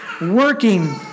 working